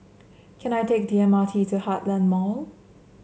can I take the M R T to Heartland Mall